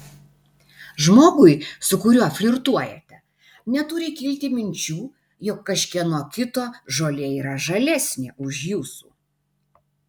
žmogui su kuriuo flirtuojate neturi kilti minčių jog kažkieno kito žolė yra žalesnė už jūsų